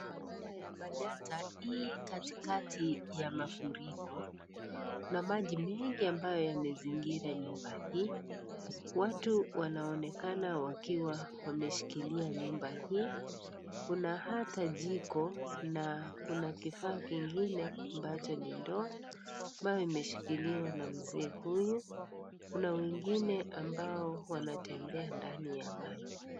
Nyumba ya manyatta ii katikati ya mafuriko. Kuna maji meengi ambayo yamezingira nyumba hii. Watu wanaonekana wakiwa wameshikilia nyumba hii. Kuna hata jiko na kuna kifaa kingine ambacho ni ndoo, ambayo imeshikiliwa na mzee huyu. Kuna wengine ambao wanatembea ndani ya maji.